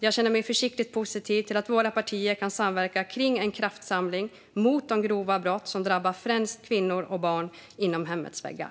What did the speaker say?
Jag känner mig försiktigt positiv till att våra partier ska kunna samverka i en kraftsamling mot de grova brott som drabbar främst kvinnor och barn inom hemmets väggar.